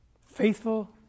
faithful